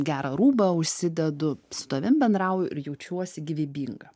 gerą rūbą užsidedu su tavim bendrauju ir jaučiuosi gyvybinga